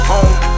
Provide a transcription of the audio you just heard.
Home